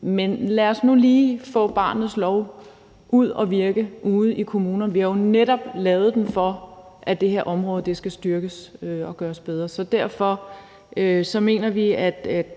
Men lad os nu lige få barnets lov ud at virke ude i kommunerne; vi har jo netop lavet den, for at det her område skal styrkes og gøres bedre. Og derfor mener vi, at